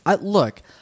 Look